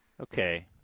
Okay